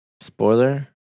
spoiler